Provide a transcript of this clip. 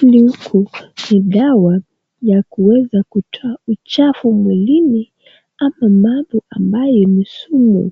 Hilki huku ni dawa ya kuweza kutoa uchafu mwilini ama mambo ambayo ni sumu